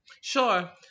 Sure